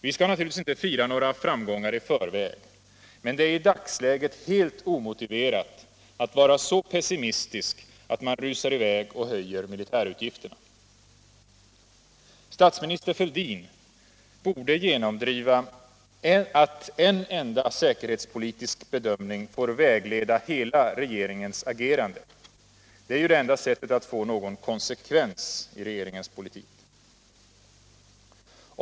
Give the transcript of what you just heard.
Vi skall naturligtvis inte fira några framgångar i förväg, men det är i dagsläget helt omotiverat att vara så pessimistisk att man rusar i väg och höjer militärutgifterna. Statsminister Fälldin borde genomdriva att en enda säkerhetspolitisk bedömning får vägleda hela regeringens agerande. Det är ju det enda sättet att få någon konsekvens i regeringens politik!